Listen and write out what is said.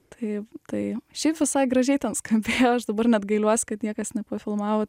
taip tai šiaip visai gražiai ten skambėjo aš dabar net gailiuosi kad niekas nepafilmavo